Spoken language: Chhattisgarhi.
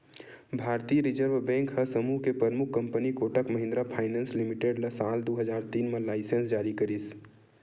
भारतीय रिर्जव बेंक ह समूह के परमुख company Kotak Mahindra finance limited ल साल दू हजार तीन म लाइनेंस जारी करिस